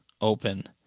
open